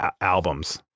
albums